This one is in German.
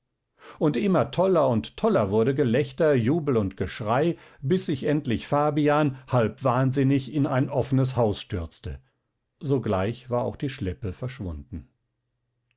und immer toller und toller wurde gelächter jubel und geschrei bis sich endlich fabian halb wahnsinnig in ein offnes haus stürzte sogleich war auch die schleppe verschwunden